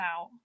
out